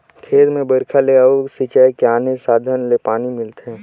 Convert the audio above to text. खेत में बइरखा ले अउ सिंचई के आने साधन ले पानी मिलथे